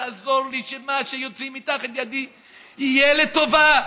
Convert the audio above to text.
תעזור לי שמה שיצא תחת ידי יהיה לטובה,